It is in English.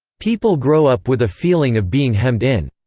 people grow up with a feeling of being hemmed in.